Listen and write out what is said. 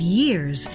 years